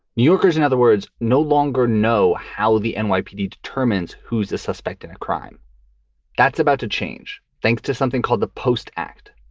new yorkers, in other words, no longer know how the and nypd determines who a suspect in a crime that's about to change, thanks to something called the post act,